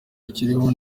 ikiriho